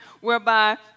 whereby